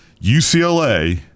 UCLA